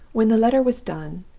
when the letter was done,